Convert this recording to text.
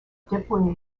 dévoué